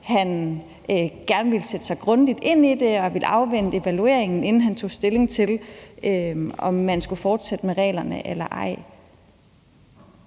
gerne ville sætte sig grundigt ind i det og ville afvente evalueringen, inden han tog stilling til, om man skulle fortsætte med reglerne eller ej.